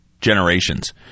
generations